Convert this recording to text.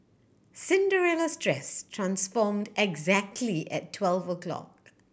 Cinderella's dress transformed exactly at twelve o'clock